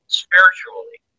spiritually